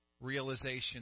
realization